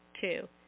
Two